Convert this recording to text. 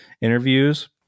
interviews